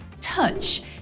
touch